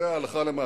מתבצע הלכה למעשה.